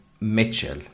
Mitchell